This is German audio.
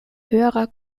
höherer